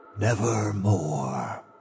Nevermore